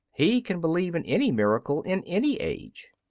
he can believe in any miracle in any age.